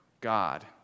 God